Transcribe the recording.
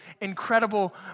incredible